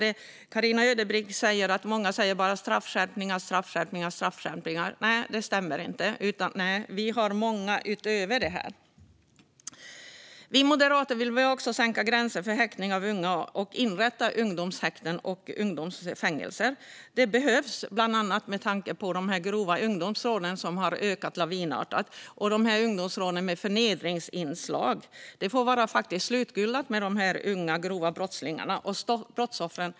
Carina Ödebrink säger att det för många bara är straffskärpningar, straffskärpningar och straffskärpningar. Nej, det stämmer inte. Vi har många utöver det. Vi moderater vill sänka gränsen för häktning av unga och inrätta ungdomshäkten och ungdomsfängelser. Det behövs bland annat med tanke på de grova ungdomsrånen, som har ökat lavinartat, och ungdomsrånen med förnedringsinslag. Det får faktiskt vara slutgullat med de unga grova brottslingarna.